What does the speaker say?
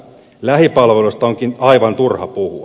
lähipalveluista onkin aivan turha puhua